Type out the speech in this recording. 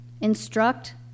instruct